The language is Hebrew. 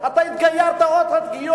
אתה התגיירת או את גיורת.